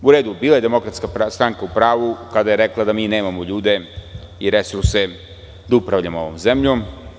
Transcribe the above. U redu bila je DS u pravu kada je rekla da mi nemamo ljude i resurse da upravljamo ovom zemljom.